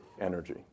energy